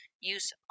use